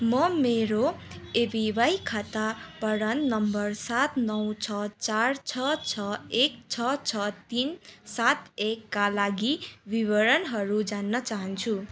म मेरो एपिवाई खाता प्रान नम्बर सात नौ छ चार छ छ एक छ छ तिन सात एकका लागि विवरणहरू जान्न चाहन्छु